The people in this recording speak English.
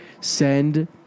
send